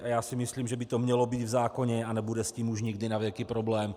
Já si myslím, že by to mělo být v zákoně a nebude s tím už nikdy navěky problém.